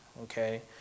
okay